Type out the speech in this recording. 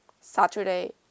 Saturday